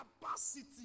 capacity